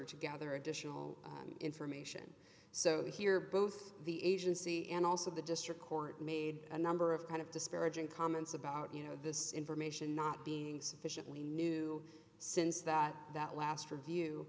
or to gather additional information so here both the agency and also the district court made a number of kind of disparaging comments about you know this information not being sufficiently new since that that last for view